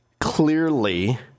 clearly